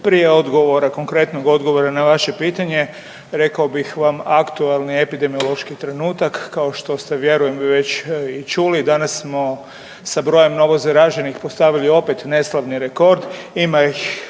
Prije odgovora konkretnog odgovora na vaše pitanje rekao bih vam aktualni epidemiološki trenutak kao što ste vjerujem već i čuli danas smo sa brojem novo zaraženih postavili opet neslavni rekord,